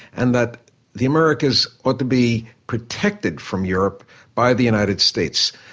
and that the americas ought to be protected from europe by the united states.